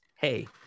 hey